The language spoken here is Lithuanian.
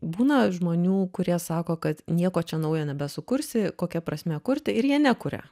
būna žmonių kurie sako kad nieko čia naujo nebesukursi kokia prasmė kurti ir jie nekuria